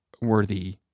worthy